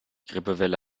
grippewelle